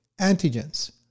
antigens